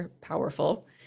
powerful